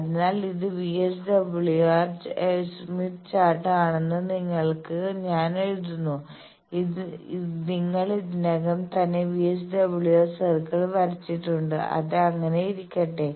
അതിനാൽ ഇത് Smith chart ആണെന്ന് നിങ്ങൾക്കായി ഞാൻ എഴുതുന്നു നിങ്ങൾ ഇതിനകം തന്നെ VSWR സർക്കിൾ വരച്ചിട്ടുണ്ട് അത് അങ്ങനെ ഇരിക്കട്ടെ